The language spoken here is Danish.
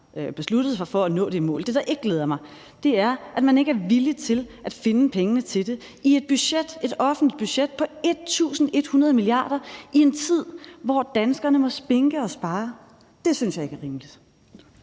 besluttet sig for at nå det mål. Det, der ikke glæder mig, er, at man ikke er villig til at finde pengene til det i et offentligt budget på 1.100 mia. kr. i en tid, hvor danskerne må spinke og spare. Det synes jeg ikke er rimeligt.